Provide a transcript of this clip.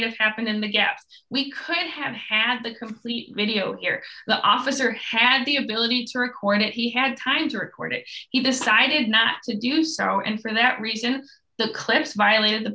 have happened in the gaps we could have had the complete video the officer had the ability to record it he had time to record it either decided not to do so and for that reason the clips violated the